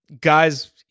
guys